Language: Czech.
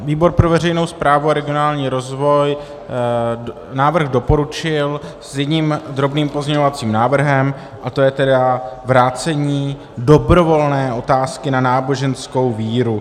Výbor pro veřejnou správu a regionální rozvoj návrh doporučil s jedním drobným pozměňovacím návrhem a to je vrácení dobrovolné otázky na náboženskou víru.